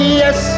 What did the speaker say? yes